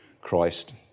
Christ